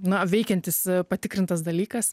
na veikiantis patikrintas dalykas